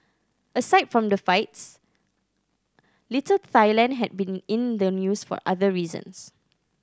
aside from the fights Little Thailand had been in the news for other reasons